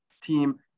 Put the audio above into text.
team